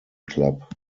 club